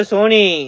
Sony